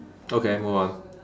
okay move on